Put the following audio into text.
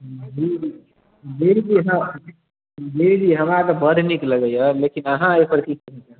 जी बिलकुल जी जी हमरा तऽ बड नीक लगैए लेकिन अहाँ एहि पर की